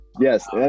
yes